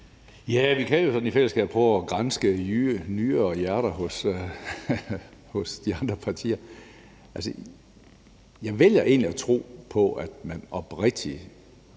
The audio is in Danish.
Ja, vi kan jo sådan i fællesskab prøve at granske nyrer og hjerter hos de andre partier. Altså, jeg vælger egentlig at tro på, at man oprigtigt